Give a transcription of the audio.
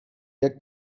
jak